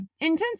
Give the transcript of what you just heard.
intense